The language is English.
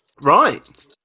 Right